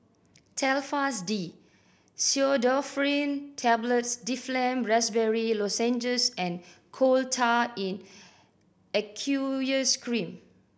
Telfast D Pseudoephrine Tablets Difflam Raspberry Lozenges and Coal Tar in Aqueous Cream